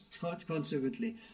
consequently